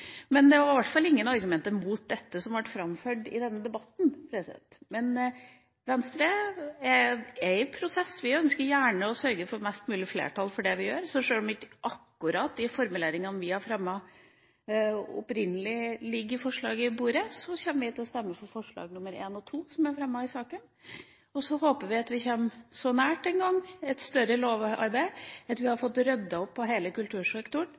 men det er i hvert fall ingen argumenter mot dette som har blitt framført i denne debatten. Men Venstre er i prosess. Vi ønsker å sørge for størst mulig flertall for det vi gjør, så sjøl om ikke akkurat de formuleringene vi opprinnelig har foreslått, ligger i forslaget, kommer vi til å stemme for forslag nr. 1 og 2 som er fremmet i saken. Så håper vi at vi en gang kommer så nært et større lovarbeid at vi får ryddet opp i hele kultursektoren,